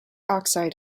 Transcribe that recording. oxide